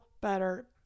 better